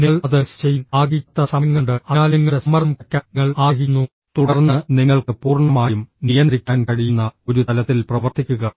നിങ്ങൾ അത് റിസ്ക് ചെയ്യാൻ ആഗ്രഹിക്കാത്ത സമയങ്ങളുണ്ട് അതിനാൽ നിങ്ങളുടെ സമ്മർദ്ദം കുറയ്ക്കാൻ നിങ്ങൾ ആഗ്രഹിക്കുന്നു തുടർന്ന് നിങ്ങൾക്ക് പൂർണ്ണമായും നിയന്ത്രിക്കാൻ കഴിയുന്ന ഒരു തലത്തിൽ പ്രവർത്തിക്കുക